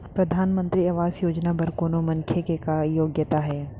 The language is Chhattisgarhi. परधानमंतरी आवास योजना बर कोनो मनखे के का योग्यता हे?